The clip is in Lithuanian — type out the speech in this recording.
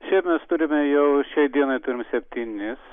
šiaip mes turime jau šiai dienai turime septynis